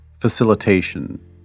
facilitation